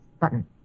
button